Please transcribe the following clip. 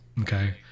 Okay